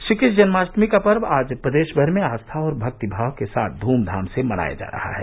श्रीकृष्ण जन्माष्टमी का पर्व आज प्रदेश भर में आस्था और भक्तिभाव के साथ ध्मधाम से मनाया जा रहा है